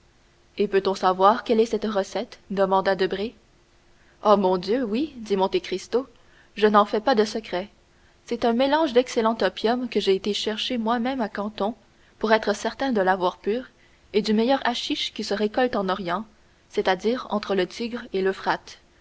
et peut-on savoir quelle est cette recette demanda debray oh mon dieu oui dit monte cristo je n'en fais pas de secret c'est un mélange d'excellent opium que j'ai été chercher moi-même à canton pour être certain de l'avoir pur et du meilleur haschich qui se récolte en orient c'est-à-dire entre le tigre et l'euphrate